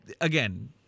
again